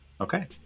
Okay